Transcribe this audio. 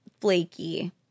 flaky